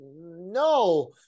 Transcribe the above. no